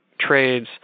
trades